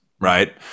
right